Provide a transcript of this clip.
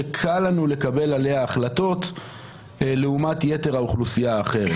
שקל לנו לקבל עליה החלטות לעומת יתר האוכלוסייה האחרת.